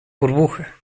burbuja